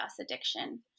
addiction